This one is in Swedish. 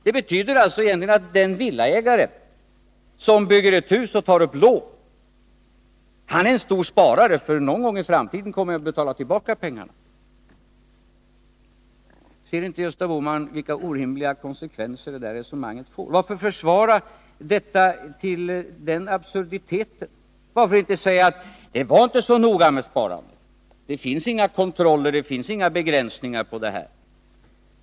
Det betyder alltså egentligen att den villaägare som tar upp lån och bygger ett hus är en stor sparare, för någon gång i framtiden kommer han att betala tillbaka pengarna. Ser inte Gösta Bohman vilka orimliga konsekvenser det resonemanget får? Varför försvara detta intill den rena absurditeten? Varför inte säga: Det var inte så noga med sparandet. Det finns inga kontroller och inga begränsningar på det här.